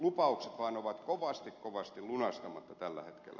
lupaukset vaan ovat kovasti kovasti lunastamatta tällä hetkellä